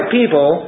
people